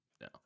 no